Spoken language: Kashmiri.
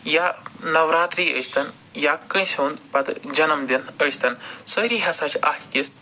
یا نَوراتری ٲسۍتن یا کٲنٛسہِ ہُنٛد پَتہٕ جنَم دِن ٲسۍتن سٲرے ہَسا چھِ اکھ أکِس